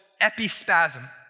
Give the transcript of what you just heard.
epispasm